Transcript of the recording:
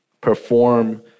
perform